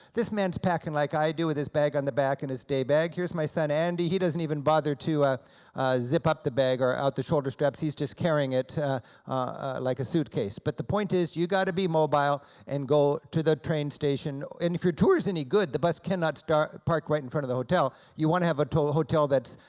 this man is packing like i do, with his bag on the back and his day bag. here's my son andy, he doesn't even bother to ah zip up the bag or out the shoulder straps, he's just carrying it like a suitcase. but the point is you gotta be mobile and go to the train station. and if your tour is any good, the bus cannot park right in front of the hotel. you want to have a hotel that's,